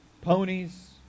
ponies